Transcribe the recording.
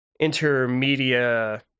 intermedia